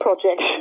project